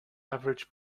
average